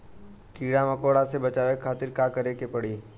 कीड़ा मकोड़ा से बचावे खातिर का करे के पड़ी?